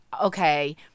okay